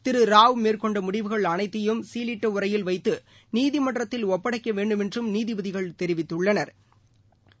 திருராவ் மேற்கொண்டமுடிவுகள் அனைத்தையும் சீலிட்டஉறையில் வைத்துநீதமன்றத்தில் ஒப்படைக்கவேண்டுமென்றும் நீதிபதிகள் தெரிவித்துள்ளனா்